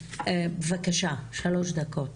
בבקשה, שלוש דקות.